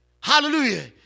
Hallelujah